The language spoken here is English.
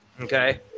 Okay